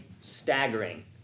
staggering